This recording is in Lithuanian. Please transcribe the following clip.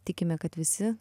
tikime kad visi